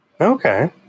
Okay